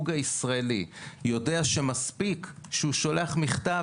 עכשיו ברגע שבן הזוג הישראלי יודע שמספיק שהוא שולח מכתב